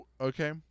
okay